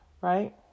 right